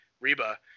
Reba